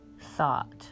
thought